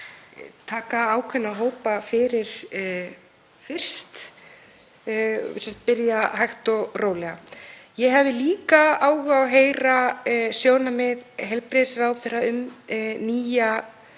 taka ákveðna hópa fyrir fyrst, sem sagt byrja hægt og rólega. Ég hefði líka áhuga á að heyra sjónarmið heilbrigðisráðherra um nýja